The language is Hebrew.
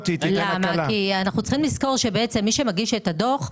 כי אנחנו צריכים לזכור שמי שמגיש את הדוח,